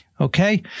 Okay